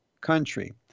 country